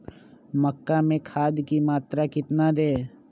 मक्का में खाद की मात्रा कितना दे?